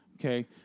okay